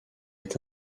est